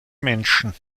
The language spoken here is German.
menschen